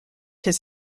his